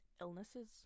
illnesses